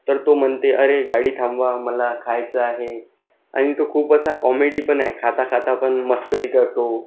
तर तो म्हणते अरे गाडी थांबवा मला खायचं आहे आणि तो खूप असा कॉमेडी पण आहे खाता खाता पण मस्करी करतो